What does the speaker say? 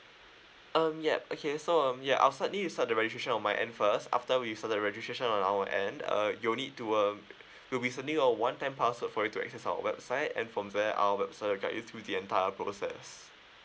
um yup okay so um yeah I'll slightly will start the registration on my end first after we start the registration on our end uh you'll need to uh we'll be sending you a one time password for you to access our website and from there our website will guide you through the entire process